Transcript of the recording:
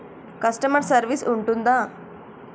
Customer service ఉంటుందా?